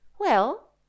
Well